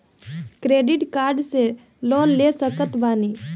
Credit card से loan ले सकत बानी?